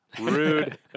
Rude